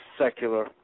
secular